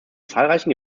zahlreichen